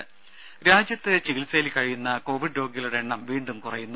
ദേദ രാജ്യത്ത് ചികിത്സയിൽ കഴിയുന്ന കോവിഡ് രോഗികളുടെ എണ്ണം വീണ്ടും കുറയുന്നു